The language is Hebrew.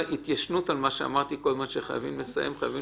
נחריג.